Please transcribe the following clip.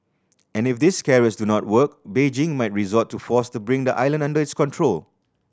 and if these carrots do not work Beijing might resort to force to bring the island under its control